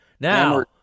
Now